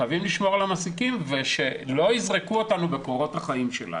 חייבים לשמור על המעסיקים ושלא יזרקו אותנו בקורות החיים שלנו.